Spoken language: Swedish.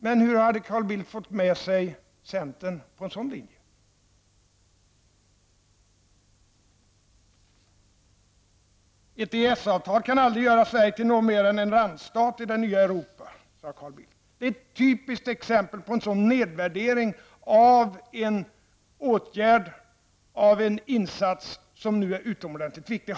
Men hur hade Carl Bildt fått med sig centern på en sådan linje? Ett ESK-avtal kan aldrig göra Sverige till mer än en randstat i det nya Europa, sade Carl Bildt. Det är ett typiskt exempel på en sådan nedvärdering av en insats som nu är utomordentligt viktig.